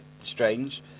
strange